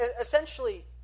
essentially